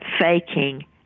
faking